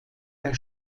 der